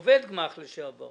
עובד גמ"ח לשעבר.